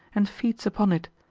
and feeds upon it,